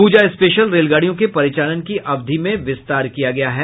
प्रजा स्पेशल रेलगाड़ियों के परिचालन की अविध में विस्तार किया गया है